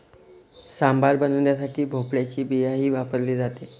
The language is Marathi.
सांबार बनवण्यासाठी भोपळ्याची बियाही वापरली जाते